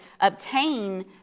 obtain